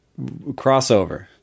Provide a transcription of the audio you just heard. crossover